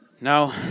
no